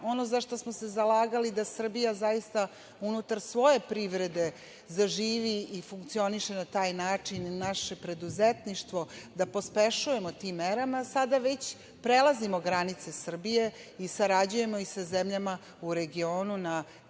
za šta smo se zalagali da Srbija zaista unutar svoje privrede zaživi i funkcioniše na taj način naše preduzetništvo, da pospešujemo tim merama, sada već prelazimo granice Srbije i sarađujemo i sa zemljama u regionu na